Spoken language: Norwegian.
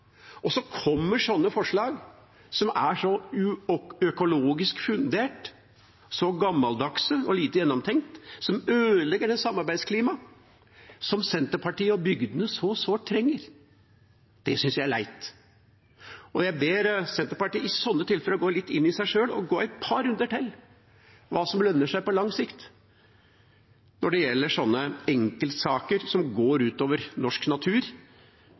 og at det kommer sånne forslag, som er så lite økologisk fundert, så gammeldagse og lite gjennomtenkte, som ødelegger det samarbeidsklimaet som Senterpartiet og bygdene så sårt trenger. Det syns jeg er leit. Jeg ber Senterpartiet i sånne tilfeller om å gå litt i seg sjøl og gå et par runder til på hva som lønner seg på lang sikt når det gjelder enkeltsaker som går ut over norsk natur